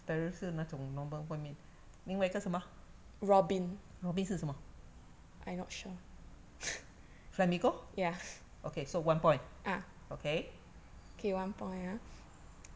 sparrow 是那种外面另外一个是什么 robin 是什么 flamingo okay so one point okay